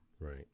Right